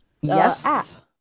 Yes